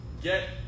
get